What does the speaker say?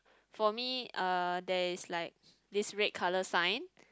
for me uh there is like this red colour sign